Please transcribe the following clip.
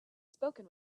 spoken